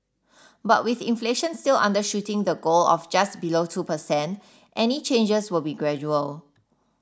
but with inflation still undershooting the goal of just below two per cent any changes will be gradual